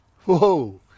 Whoa